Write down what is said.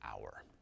hour